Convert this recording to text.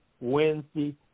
Wednesday